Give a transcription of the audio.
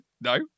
no